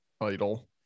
idle